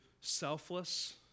Selfless